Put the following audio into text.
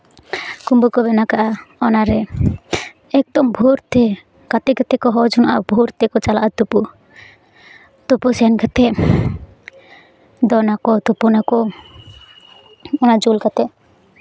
ᱠᱩᱢᱵᱟᱹ ᱠᱚ ᱵᱮᱱᱟᱣ ᱠᱟᱜᱼᱟ ᱚᱱᱟᱨᱮ ᱮᱠᱫᱚᱢ ᱵᱷᱳᱨ ᱛᱮ ᱜᱟᱛᱮ ᱜᱟᱛᱮ ᱠᱚ ᱦᱚᱦᱚ ᱡᱚᱱᱟᱜᱼᱟ ᱵᱷᱳᱨ ᱛᱮᱠᱚ ᱪᱟᱞᱟᱜᱼᱟ ᱛᱩᱯᱩᱜ ᱛᱩᱯᱩ ᱥᱮᱱ ᱠᱟᱛᱮᱜ ᱫᱚᱱ ᱟᱠᱚ ᱛᱩᱯᱩᱱ ᱟᱠᱚ ᱚᱱᱟ ᱡᱩᱞ ᱠᱟᱛᱮᱜ